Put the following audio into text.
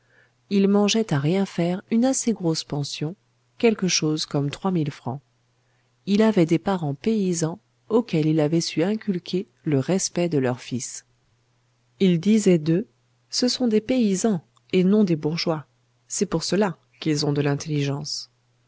il mangeait à rien faire une assez grosse pension quelque chose comme trois mille francs il avait des parents paysans auxquels il avait su inculquer le respect de leur fils il disait d'eux ce sont des paysans et non des bourgeois c'est pour cela qu'ils ont de l'intelligence